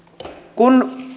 kun